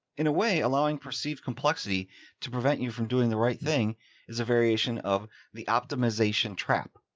in a way, allowing perceived complexity to prevent you from doing the right thing is a variation of the optimization trap.